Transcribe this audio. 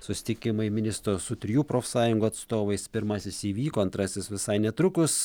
susitikimai ministro su trijų profsąjungų atstovais pirmasis įvyko antrasis visai netrukus